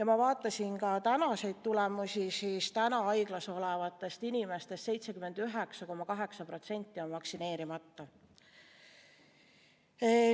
Ma vaatasin ka tänaseid tulemusi, praegu haiglas olevatest inimestest 79,8% on vaktsineerimata.